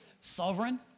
sovereign